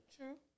True